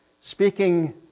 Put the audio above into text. speaking